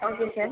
okay sir